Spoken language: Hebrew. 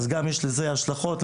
וגם לזה יש השלכות.